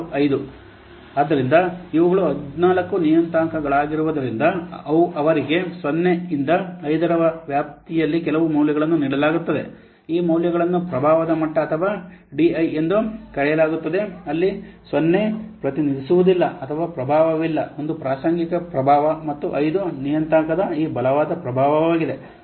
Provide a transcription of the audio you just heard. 65 ಆದ್ದರಿಂದ ಇವುಗಳು 14 ನಿಯತಾಂಕಗಳಾಗಿರುವುದರಿಂದ ಅವರಿಗೆ 0 ರಿಂದ 5 ರ ವ್ಯಾಪ್ತಿಯಲ್ಲಿ ಕೆಲವು ಮೌಲ್ಯಗಳನ್ನು ನೀಡಲಾಗುತ್ತದೆ ಈ ಮೌಲ್ಯಗಳನ್ನು ಪ್ರಭಾವದ ಮಟ್ಟ ಅಥವಾ ಡಿಐ ಎಂದು ಕರೆಯಲಾಗುತ್ತದೆ ಅಲ್ಲಿ 0 ಪ್ರತಿನಿಧಿಸುವುದಿಲ್ಲ ಅಥವಾ ಪ್ರಭಾವವಿಲ್ಲ ಒಂದು ಪ್ರಾಸಂಗಿಕ ಪ್ರಭಾವ ಮತ್ತು 5 ನಿಯತಾಂಕದ ಈ ಬಲವಾದ ಪ್ರಭಾವವಾಗಿದೆ